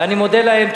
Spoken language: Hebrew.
ואני מודה להם.